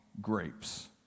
grapes